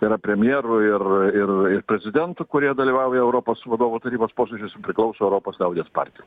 tai yra premjerų ir ir ir prezidentų kurie dalyvauja europos vadovų tarybos posėdžiuose priklauso europos liaudies partijai